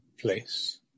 place